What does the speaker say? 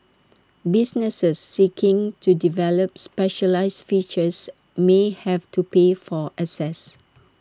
businesses seeking to develop specialised features may have to pay for access